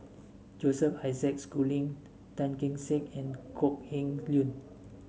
Joseph Isaac Schooling Tan Kee Sek and Kok Heng Leun